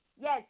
Yes